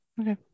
Okay